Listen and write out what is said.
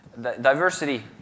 diversity